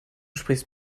sprichst